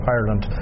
Ireland